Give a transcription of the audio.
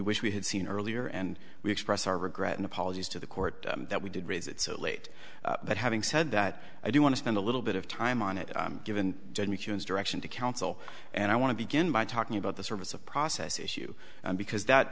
wish we had seen earlier and we express our regret and apologies to the court that we did raise it so late but having said that i do want to spend a little bit of time on it given direction to counsel and i want to begin by talking about the service of process issue because that